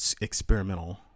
experimental